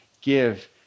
give